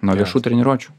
nuo viešų treniruočių